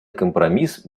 компромисс